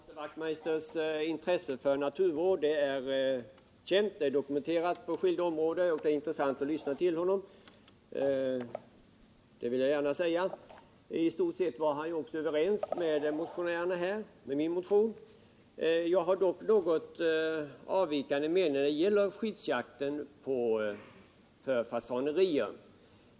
Herr talman! Hans Wachtmeisters intresse för naturvård på skilda områden är dokumenterat, och att det är intressant att lyssna till honom vill jag gärna säga. I stort sett instämmer han i motionerna, även i min motion. Jag har dock en något avvikande mening när det gäller skyddsjakten vid fasanerier.